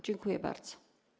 Dziękuję bardzo.